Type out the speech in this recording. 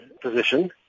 position